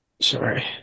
Sorry